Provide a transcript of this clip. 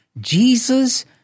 Jesus